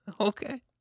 Okay